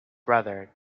brother